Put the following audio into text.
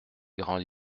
grandes